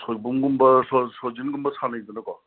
ꯁꯣꯏꯕꯨꯝꯒꯨꯝꯕ ꯁꯣꯏꯖꯤꯟꯒꯨꯝꯕ ꯁꯥꯅꯩꯗꯅꯀꯣ